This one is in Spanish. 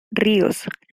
ríos